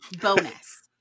bonus